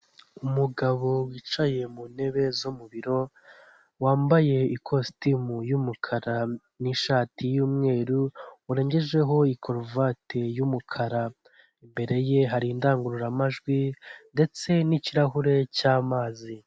Umugabo wicaye mu ntebe zo mu biro, wambaye ikositimu y'umukara n'ishati y'umweru warengejeho ikaruvati y'umukara. Imbere ye hari indangururamajwi ndetse n'ikirahure cy'amazi.